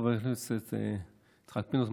חבר הכנסת יצחק פינדרוס,